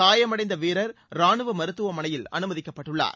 காயமடைந்த வீரர் ராணுவ மருத்துவமனையில் அனுமதிக்கப்பட்டுள்ளார்